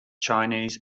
chinese